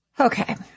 Okay